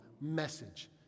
message